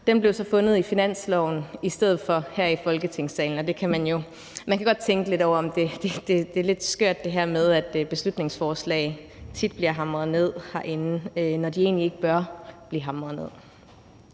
i stedet for fundet i finansloven i stedet for her i Folketingssalen. Man kan godt tænke lidt over, om det med, at beslutningsforslag tit bliver hamret ned herinde, er lidt skørt, når de egentlig ikke bør blive hamret ned.